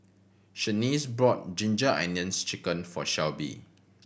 Shaniece bought Ginger Onions Chicken for Shelby